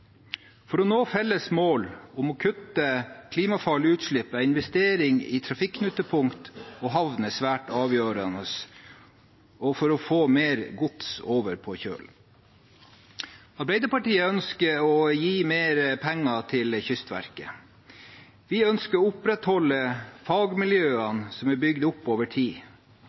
For å nå felles mål om å kutte klimafarlige utslipp er investering i trafikknutepunkt og havner svært avgjørende, for å få mer gods over på kjøl. Arbeiderpartiet ønsker å gi mer penger til Kystverket. Vi ønsker å opprettholde fagmiljøene som er bygd opp over tid.